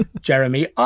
Jeremy